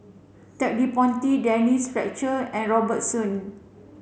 Ted De Ponti Denise Fletcher and Robert Soon